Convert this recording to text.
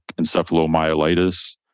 encephalomyelitis